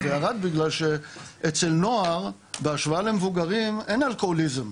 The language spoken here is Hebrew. זה ירד כי אצל נוער בהשוואה למבוגרים אין אלכוהוליזם.